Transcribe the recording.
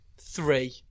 three